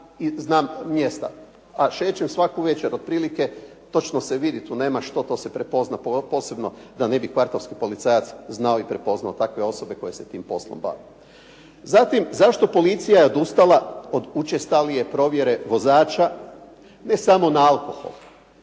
znam mjesta, a šećem svaku večer. Otprilike se točno vidi, tu nema što, to se prepozna, posebno da ne bi kvartovski policajac znao i prepoznao takve osobe koje se tim poslom bave. Zatim, zašto je policija odustala od učestalije provjere vozača, ne samo na alkohol,